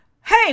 hey